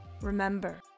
Remember